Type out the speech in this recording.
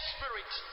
Spirit